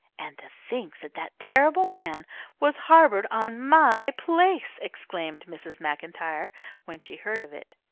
and to think that that terrible man was harboured on my place! exclaimed mrs. macintyre when she heard of it.